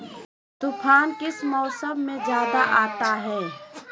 तूफ़ान किस मौसम में ज्यादा आता है?